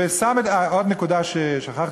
עוד נקודה ששכחתי,